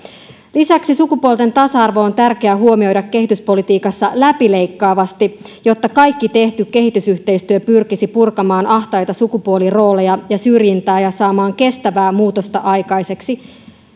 lisäksi sukupuolten tasa arvo on tärkeä huomioida kehityspolitiikassa läpileikkaavasti jotta kaikki tehty kehitysyhteistyö pyrkisi purkamaan ahtaita sukupuolirooleja ja syrjintää ja saamaan aikaiseksi kestävää muutosta